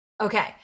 Okay